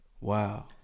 wow